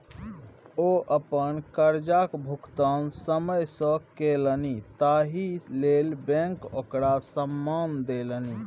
ओ अपन करजाक भुगतान समय सँ केलनि ताहि लेल बैंक ओकरा सम्मान देलनि